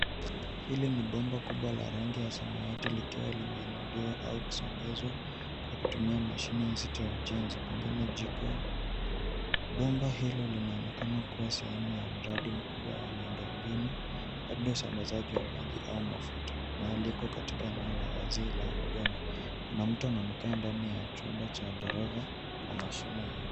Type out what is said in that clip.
Hili bomba kubwa na samawati likiwa limeinulia au kusongeshwa kwa kutumia mashine nzito ya ujenzi pengine jiko. Bomba hilo linaonekana sehemu ya mradi mkubwa wa miundombinu ya usambazaji wa maji au mafuta, na liko katika eneo la wazi la udongo. Kuna mtu anaonekana ndani ya chumba cha dereva wa mashine hiyo